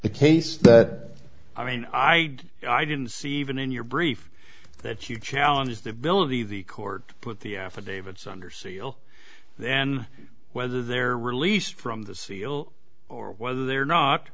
the case that i mean i i didn't see even in your brief that you challenge the ability of the court put the affidavits under seal then whether they're released from the seal or whether they're not